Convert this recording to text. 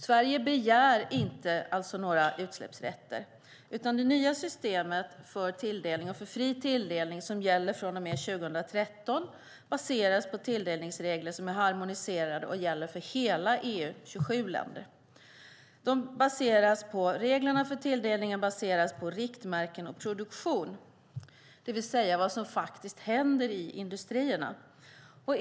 Sverige begär alltså inte några utsläppsrätter, utan det nya systemet för fri tilldelning som gäller från och med 2013 baseras på tilldelningsregler som är harmoniserade och gäller för hela EU, 27 länder. Reglerna för tilldelningen baseras på riktmärken och produktion, det vill säga vad som faktiskt händer i industrierna.